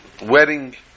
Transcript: wedding